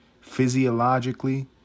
physiologically